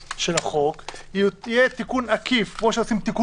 יהיה תיקון עקיף לחוק